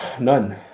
none